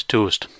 Toast